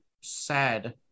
sad